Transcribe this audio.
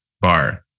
bar